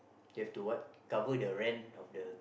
you have to what cover the rent of the